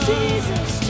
Jesus